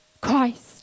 Christ